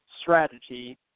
strategy